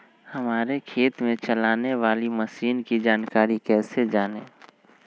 हमारे खेत में चलाने वाली मशीन की जानकारी कैसे जाने?